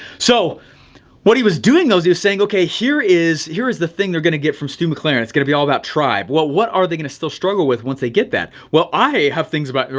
so what he was doing he was saying, okay, here is, here's the thing they're gonna get from stu mclaren. it's gonna be all about tribe. what what are they gonna still struggle with once they get that? well, i have things about, yeah